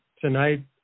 tonight